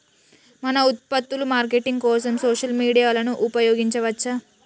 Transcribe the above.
మన ఉత్పత్తుల మార్కెటింగ్ కోసం సోషల్ మీడియాను ఉపయోగించవచ్చా?